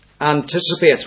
anticipate